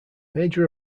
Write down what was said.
major